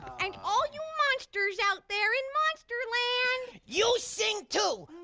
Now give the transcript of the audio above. and all you monsters out there in monster land? you sing, too!